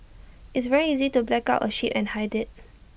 it's very easy to black out A ship and hide IT